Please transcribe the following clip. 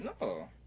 no